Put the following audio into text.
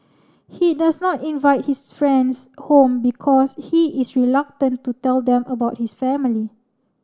he does not invite his friends home because he is reluctant to tell them about his family